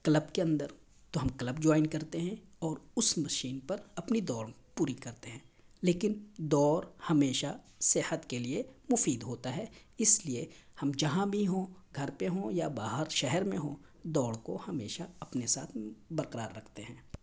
club کے اندر تو ہم کلب جوائن کرتے ہیں اور اس مشین پر اپنی دوڑ پوری کرتے ہیں لیکن دوڑ ہمیشہ صحت کے لیے مفید ہوتا ہے اس لیے ہم جہاں بھی ہوں گھر پہ ہوں یا باہر شہر میں ہوں دوڑ کو ہمیشہ اپنے ساتھ برقرار رکھتے ہیں